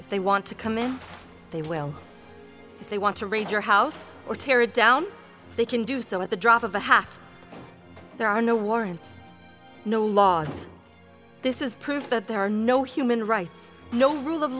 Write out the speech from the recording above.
if they want to come in they will if they want to raise your house or tear it down they can do so at the drop of a hat there are no warrants no laws this is proof that there are no human rights no rule of